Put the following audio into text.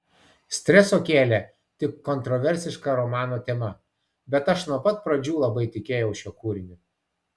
streso kėlė tik kontroversiška romano tema bet aš nuo pat pradžių labai tikėjau šiuo kūriniu